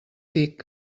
tic